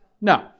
No